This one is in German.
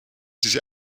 diese